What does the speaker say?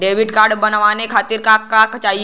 Debit card बनवावे खातिर का का चाही?